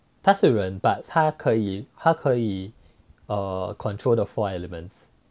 他是人 but 他可以他可以 err control the four elements